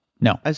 No